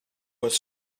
was